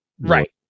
Right